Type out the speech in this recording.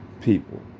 people